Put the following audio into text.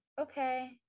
Okay